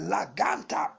Laganta